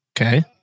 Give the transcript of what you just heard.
Okay